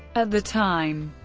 at the time,